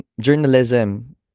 journalism